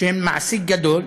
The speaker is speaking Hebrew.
שהן מעסיק גדול,